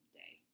day